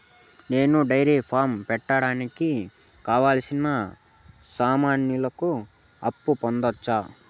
నేను dairy farm పెట్టడానికి కావాల్సిన సామాన్లకు అప్పు పొందొచ్చా?